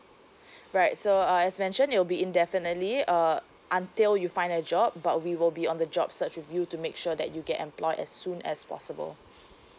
right so uh as mentioned it'll be indefinitely uh until you find a job but we will be on the job search with you to make sure that you get employed as soon as possible